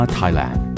Thailand